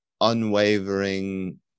unwavering